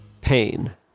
pain